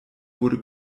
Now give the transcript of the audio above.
wurde